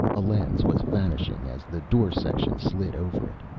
a lens was vanishing as the door section slid over it.